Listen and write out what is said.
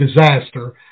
disaster